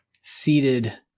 seated